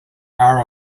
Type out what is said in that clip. are